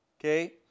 Okay